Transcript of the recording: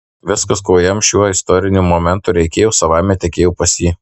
viskas ko jam šiuo istoriniu momentu reikėjo savaime tekėjo pas jį